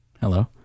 Hello